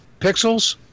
Pixels